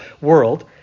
world